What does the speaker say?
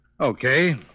Okay